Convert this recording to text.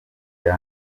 rya